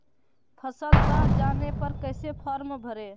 फसल दह जाने पर कैसे फॉर्म भरे?